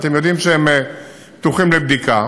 ואתם יודעים שהם פתוחים לבדיקה.